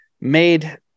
made